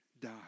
die